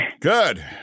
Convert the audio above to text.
Good